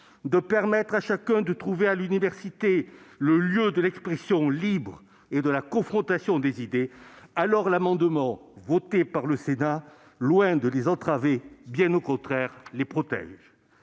de permettre à chacun de trouver à l'université le lieu de l'expression libre et de la confrontation des idées, alors l'amendement voté par le Sénat, loin de les entraver, les protège.